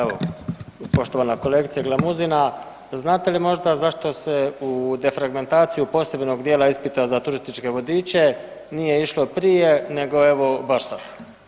Evo, poštovana kolegice Glamuzina, znate li možda zašto se u defragmentaciji posebnog dijela ispita za turističke vodiče nije išlo prije nego evo baš sad.